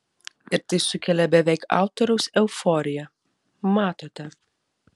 ir tai sukelia beveik autoriaus euforiją matote